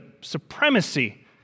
supremacy